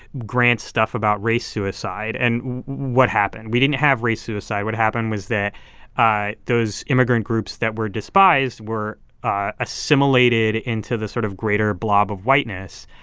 grant's stuff about race suicide and what happened? we didn't have race suicide. what happened was that those immigrant groups that were despised were assimilated into the sort of greater blob of whiteness.